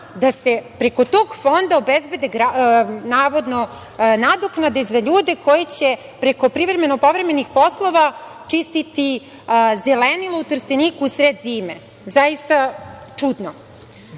da se preko tog fonda obezbede navodno nadoknade za ljude koji će preko privremeno povremenih poslova čistiti zelenilo u Trsteniku u sred zime. Zaista čudno. Još